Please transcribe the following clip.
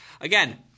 again